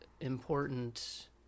important